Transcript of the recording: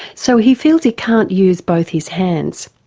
so he feels he can't use both his hands,